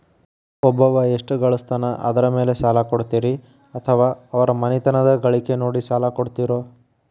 ಒಬ್ಬವ ಎಷ್ಟ ಗಳಿಸ್ತಾನ ಅದರ ಮೇಲೆ ಸಾಲ ಕೊಡ್ತೇರಿ ಅಥವಾ ಅವರ ಮನಿತನದ ಗಳಿಕಿ ನೋಡಿ ಸಾಲ ಕೊಡ್ತಿರೋ?